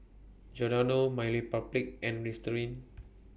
Giordano MyRepublic and Listerine